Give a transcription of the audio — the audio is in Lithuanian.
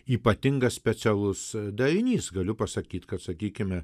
ypatingas specialus darinys galiu pasakyt kad sakykime